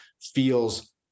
feels